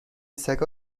سگا